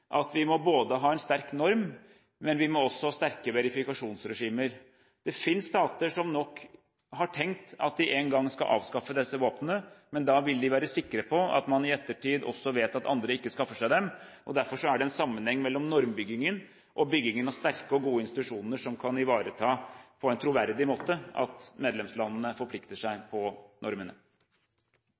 at vi må ha en sterk norm, men vi må også ha sterke verifikasjonsregimer. Det fins stater som nok har tenkt at de en gang skal avskaffe disse våpnene, men da vil de være sikre på at man i ettertid også vet at andre ikke skaffer seg dem. Derfor er det en sammenheng mellom normbyggingen og byggingen av sterke og gode institusjoner som kan ivareta på en troverdig måte at medlemslandene forplikter seg på normene.